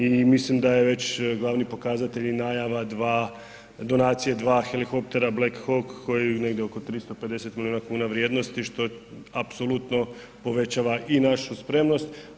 I mislim da je već glavni pokazatelj i najava dva, donacije dva helikoptera Black Hawk koji je negdje oko 350 milijuna kuna vrijednosti što apsolutno povećava i našu spremnost.